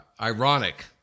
ironic